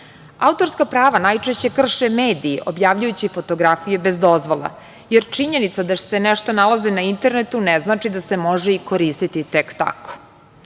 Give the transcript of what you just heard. Autorska prava najčešće krše mediji objavljujući fotografije bez dozvole, jer činjenica da se nešto nalazi na internetu ne znači da se može i koristiti tek